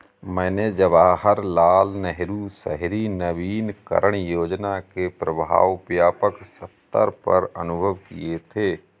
मैंने जवाहरलाल नेहरू शहरी नवीनकरण योजना के प्रभाव व्यापक सत्तर पर अनुभव किये थे